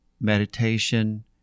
meditation